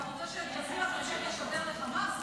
אתה רוצה שאל-ג'זירה תמשיך לשדר לחמאס?